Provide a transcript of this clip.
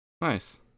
Nice